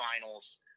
finals